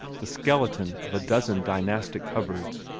the skeletons of a dozen dynastic cupboards,